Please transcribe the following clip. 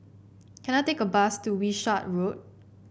can I take a bus to Wishart Road